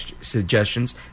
suggestions